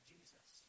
Jesus